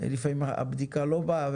לפעמים הבדיקה לא באה,